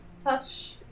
touch-